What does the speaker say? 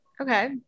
Okay